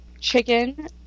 chicken